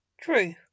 True